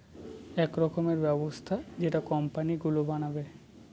এক রকমের ব্যবস্থা যেটা কোম্পানি গুলো বানাবে